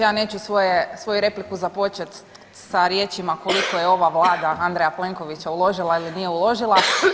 Ja neću svoju repliku započeti sa riječima koliko je ova Vlada Andreja Plenkovića uložila ili nije uložila.